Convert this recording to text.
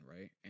right